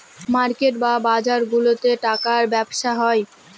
market বা বাজারগুলাতে টাকার ব্যবসা হয়